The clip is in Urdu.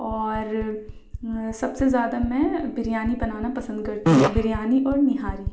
اور سب سے زیادہ میں بریانی بنانا پسند کرتی ہوں بریانی اور نہاری